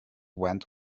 went